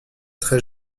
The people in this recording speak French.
très